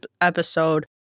episode